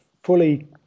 fully